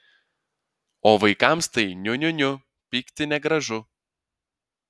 o vaikams tai niu niu niu pykti negražu